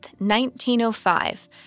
1905